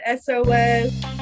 SOS